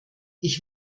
ich